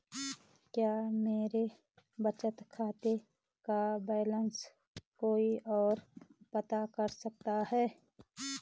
क्या मेरे बचत खाते का बैलेंस कोई ओर पता कर सकता है?